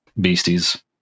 Beastie's